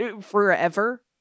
Forever